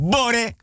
Bore